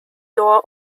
door